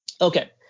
Okay